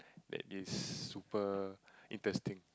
that is super interesting